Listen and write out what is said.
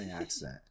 accent